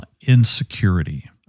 Insecurity